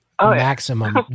Maximum